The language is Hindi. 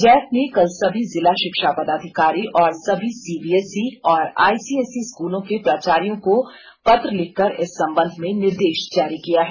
जैक ने कल सभी जिला षिक्षा पदाधिकारी और सभी सीबीएसई और आईसीएसई स्कूलों के प्रार्चायों को पत्र लिखकर इस संबंध में निर्देष जारी किया है